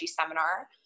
seminar